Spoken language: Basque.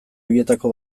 horietako